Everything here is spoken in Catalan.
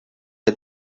que